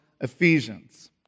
Ephesians